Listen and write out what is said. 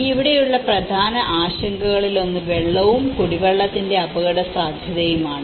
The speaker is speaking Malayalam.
ഇവിടെയുള്ള പ്രധാന ആശങ്കകളിലൊന്ന് വെള്ളവും കുടിവെള്ളത്തിന്റെ അപകടസാധ്യതയുമാണ്